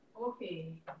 Okay